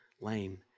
lame